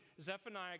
Zephaniah